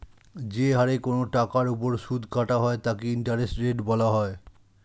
যে হারে কোন টাকার উপর সুদ কাটা হয় তাকে ইন্টারেস্ট রেট বলা হয়